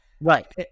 right